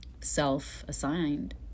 self-assigned